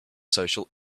social